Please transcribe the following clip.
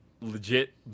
legit